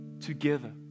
together